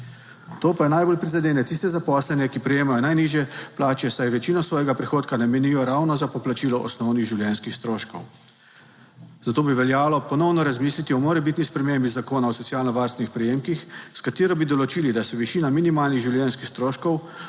To pa je najbolj prizadene tiste zaposlene, ki prejemajo najnižje plače, saj večino svojega prihodka namenijo ravno za poplačilo osnovnih življenjskih stroškov, zato bi veljalo ponovno razmisliti o morebitni spremembi Zakona o socialno varstvenih prejemkih, s katero bi določili, da se višina minimalnih življenjskih stroškov